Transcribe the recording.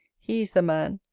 he is the man,